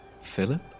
Philip